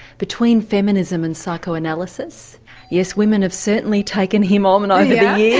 between feminism and psychoanalysis yes women have certainly taken him um and on yeah yeah